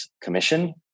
commission